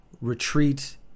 retreat